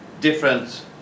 different